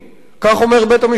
כך אומר בית המשפט-העליון,